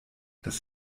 das